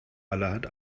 allerhand